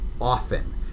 often